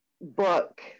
book